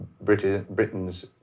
Britain's